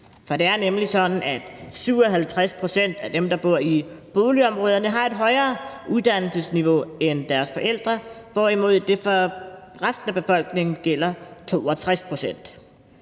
For det er nemlig sådan, at 57 pct. af dem, der bor i boligområderne, har et højere uddannelsesniveau end deres forældre, hvorimod det for resten af befolkningen gælder 62 pct.